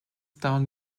down